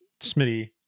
Smitty